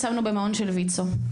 שמנו במעון של ויצ"ו,